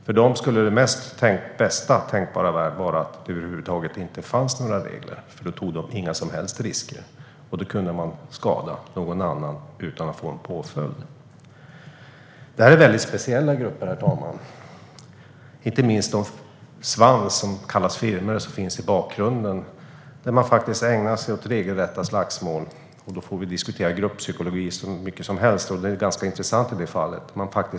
För dem skulle bästa tänkbara värld vara att det över huvud taget inte fanns några regler, för då skulle de inte löpa någon som helst risk utan kunde skada andra utan att få någon påföljd. Detta är väldigt speciella grupper, herr talman, inte minst den svans som kallas firmor och som finns i bakgrunden. De ägnar sig åt regelrätta slagsmål. Vi kan diskutera gruppsykologi hur mycket som helst, och det är ganska intressant i detta fall.